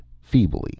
feebly